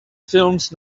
films